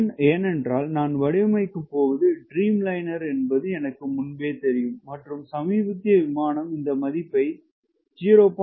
ஏனென்றால் நான் வடிவமைக்கப் போவது ட்ரீம்லைனர் என்பது எனக்கு முன்பே தெரியும் மற்றும் சமீபத்திய விமானம் இந்த மதிப்பை 0